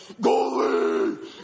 goalie